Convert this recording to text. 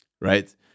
Right